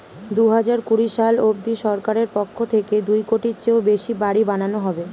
দুহাজার কুড়ি সাল অবধি সরকারের পক্ষ থেকে দুই কোটির চেয়েও বেশি বাড়ি বানানো হবে